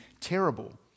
terrible